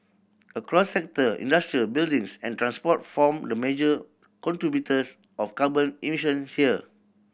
across sector industry buildings and transport form the major contributors of carbon emission here